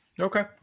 Okay